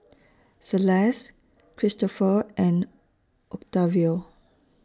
Celeste Kristofer and Octavio